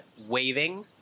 waving